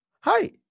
Hi